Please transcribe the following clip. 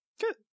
Good